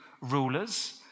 rulers